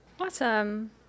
Awesome